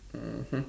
mmhmm